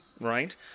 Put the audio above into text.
right